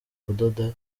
kudoda